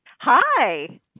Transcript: Hi